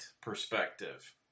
perspective